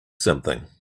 something